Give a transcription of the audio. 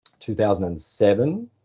2007